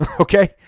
Okay